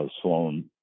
Sloan